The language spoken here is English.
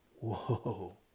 whoa